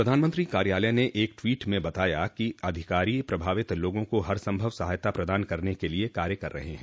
प्रधानमंत्री कार्यालय ने एक ट्वीट में बताया कि अधिकारी प्रभावित लोगों को हरसंभव सहायता प्रदान करने के लिए काम कर रहे हैं